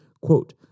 Quote